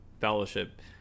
fellowship